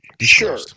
Sure